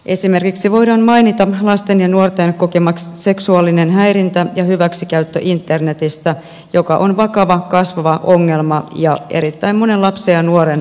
esimerkiksi voidaan mainita lasten ja nuorten kokema seksuaalinen häirintä ja hyväksikäyttö internetissä joka on vakava kasvava ongelma ja erittäin monen lapsen ja nuoren arkipäivää